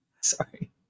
Sorry